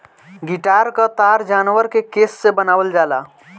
guitar क तार जानवर के केस से बनावल जाला